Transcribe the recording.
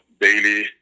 daily